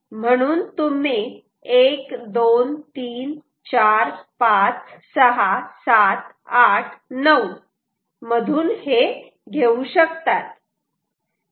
म्हणून तुम्ही 1 2 3 4 5 6 7 8 9 मधून हे घेऊ शकतात